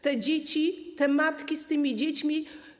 Te dzieci, te matki z tymi dziećmi.